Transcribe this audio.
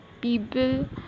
people